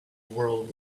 world